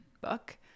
book